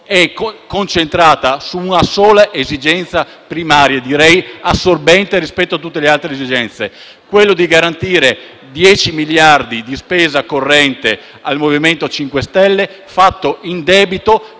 è concentrata su una sola esigenza primaria, direi assorbente rispetto a tutte le altre esigenze: quella di garantire dieci miliardi di spesa corrente al MoVimento 5 Stelle, fatto in debito